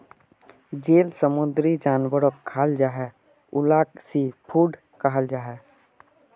जेल समुंदरी जानवरोक खाल जाहा उलाक सी फ़ूड कहाल जाहा